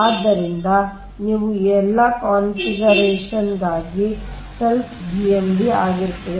ಆದ್ದರಿಂದ ನೀವು ಈ ಎಲ್ಲಾ ಕಾನ್ಫಿಗರೇಶನ್ಗಾಗಿ selfಸೆಲ್ಫ್ GMD ಆಗಿರುತ್ತದೆ